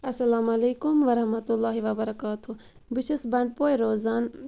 السلام علیکم ورحمۃ اللہ وَبَرکاتَہ بہٕ چھَس بَنڈپورِ روزان